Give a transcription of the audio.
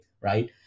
right